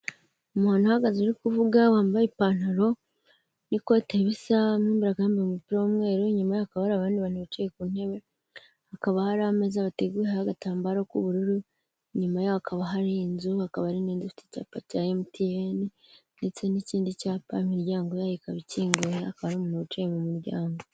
Umuntu uhagaze uri kuvuga, wambaye ipantaro n'ikote bisa, mu imbere akaba yambaye umupira w'umweru nyuma hakaba hari abandi bantu bicaye ku ntebe, hakaba hari ameza bateguyeho agatambaro k'ubururu, inyuma yaho hakaba hari n'inzu hakaba hari n'inde ifite icyapa cya MTN ndetse n'ikindi cyapa imiryango yayo ikaba ikinguye, akaba ari umuntu wicaye mu muryango.